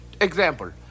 Example